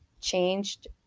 changed